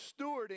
stewarding